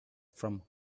from